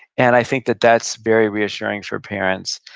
and i think that that's very reassuring for parents.